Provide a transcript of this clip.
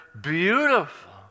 beautiful